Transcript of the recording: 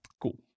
Cool